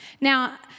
Now